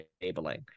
enabling